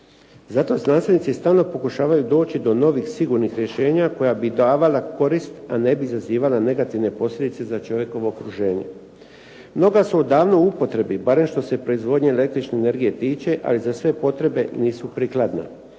Zato znanstvenici stalno pokušavaju doći do novih sigurnih rješenja koja bi davala korist a ne bi izazivala negativne posljedice za čovjekovo okruženje. Mnoga su odavno u upotrebi barem što se proizvodnje električne energije tiče ali za sve potrebe nisu prikladna.